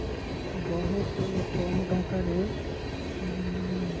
ବହୁତ କମ୍ ଟଙ୍କାରେ